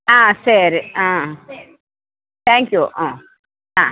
ஆ சேரி ஆ thank you ஆ ஆ